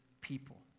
people